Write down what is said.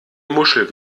muschel